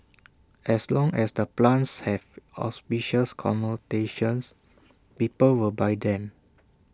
as long as the plants have auspicious connotations people will buy them